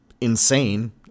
insane